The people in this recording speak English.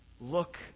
Look